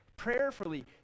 prayerfully